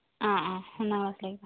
ആ ആ എന്നാൽ ഓക്കെ